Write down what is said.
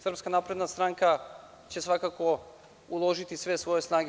Srpska napredna stranka će, svakako, uložiti sve svoje snage.